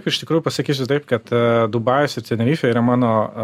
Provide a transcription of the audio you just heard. iš tikrųjų pasakysiu taip kad dubajus ir tenerifė yra mano